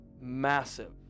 massive